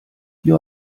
you